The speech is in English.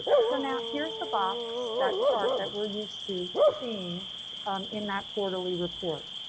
so now here's the box that chart that we're used to seeing um in that quarterly report.